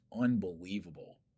unbelievable